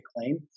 claim